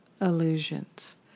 illusions